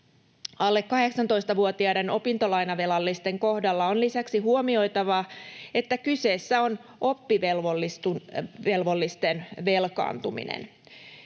Alle 18-vuotiaiden opintolainavelallisten kohdalla on lisäksi huomioitava, että kyseessä on oppivelvollisten velkaantuminen.